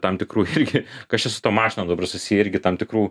tam tikrų irgi kas čia su tom mašinom dabar susiję irgi tam tikrų